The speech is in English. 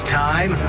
time